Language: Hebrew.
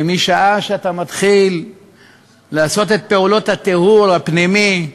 כי משעה שאתה מתחיל לעשות את פעולות הטיהור הפנימי,